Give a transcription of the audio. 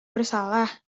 bersalah